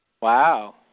Wow